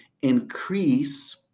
increase